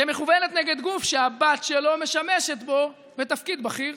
שמכוונת נגד גוף שהבת שלו משמשת בו בתפקיד בכיר.